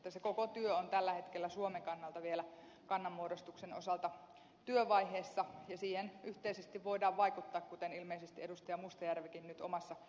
se koko työ on tällä hetkellä suomen kannalta vielä kannanmuodostuksen osalta työvaiheessa ja siihen yhteisesti voimme vaikuttaa kuten ilmeisesti edustaja mustajärvikin nyt omassa kysymyksessään teki